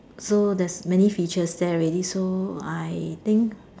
so there's many features there already so I think